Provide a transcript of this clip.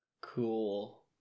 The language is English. Cool